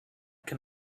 can